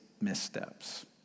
missteps